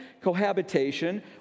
cohabitation